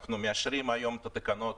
אנחנו מאשרים היום את התקנות